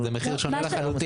זה מחיר שונה לחלוטין.